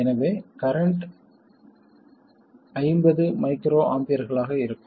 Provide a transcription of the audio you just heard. எனவே current 50 micro ஆம்பியர்களாக இருக்கும்